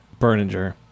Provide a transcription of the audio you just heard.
Berninger